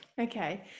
Okay